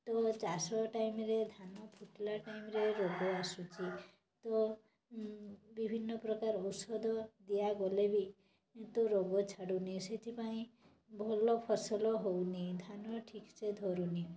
ତ ଚାଷ ଟାଇମ୍ରେ ଧାନ ଫୁଟିଲା ଟାଇମ୍ରେ ରୋଗ ଆସୁଛି ତ ବିଭିନ୍ନ ପ୍ରକାରର ଔଷଧ ଦିଆଗଲେ ବି ତ କିନ୍ତୁ ରୋଗ ଛାଡ଼ୁନି ସେଥିପାଇଁ ଭଲ ଫସଲ ହେଉନି ଧାନ ଠିକ୍ ସେ ଧରୁନି